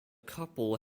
couple